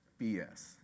BS